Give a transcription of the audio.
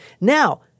Now—